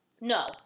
no